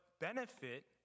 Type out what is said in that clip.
benefit